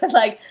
but like,